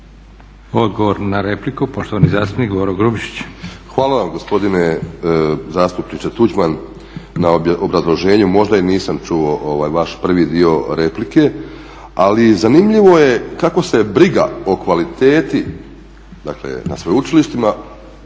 Hvala vam gospodine zastupniče Tuđman na obrazloženju. Možda i nisam čuo vaš prvi dio replike. Ali zanimljivo je kako se briga o kvaliteti dakle na sveučilištima